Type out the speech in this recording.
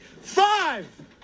Five